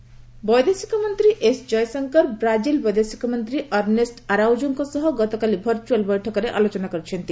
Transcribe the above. ଜୟଶଙ୍କର ବୈଦେଶିକ ମନ୍ତ୍ରୀ S Jaishankar Brazil ବୈଦେଶିକ ମନ୍ତ୍ରୀ ଅର୍ଣ୍ଣେଷ୍ଟ ଆରାଉଜୋଙ୍କ ସହ ଗତକାଲି ଭର୍ଚ୍ଚଆଲ୍ ବୈଠକରେ ଆଲୋଚନା କରିଛନ୍ତି